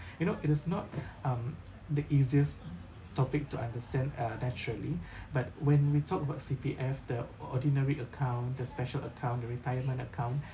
you know it is not um the easiest topic to understand uh naturally but when we talk about C_P_F the ordinary account the special account the retirement account